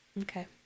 Okay